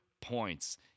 points